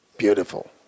beautiful